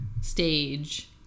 Stage